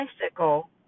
bicycle